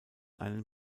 einen